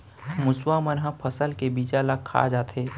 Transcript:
मुसवा मन ह फसल के बीजा ल खा जाथे